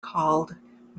called